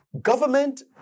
Government